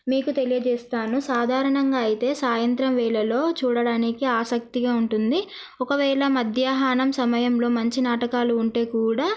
మీకు తెలియజేస్తాను సాధారణంగా అయితే సాయంత్రం వేళలో చూడడానికి ఆసక్తిగా ఉంటుంది ఒకవేళ మధ్యాహ్నం సమయంలో మంచి నాటకాలు ఉంటే కూడా